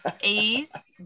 A's